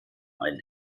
ein